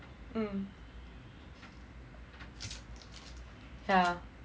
mm yeah